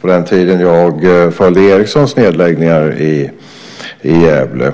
på den tiden jag följde Ericssons nedläggningar i Gävle.